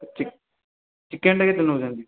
ଚିକେନ୍ଟା କେତେ ନେଉଛନ୍ତି